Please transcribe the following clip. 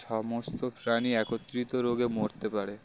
সমস্ত প্রাণী একত্রিত রোগে মরতে পারে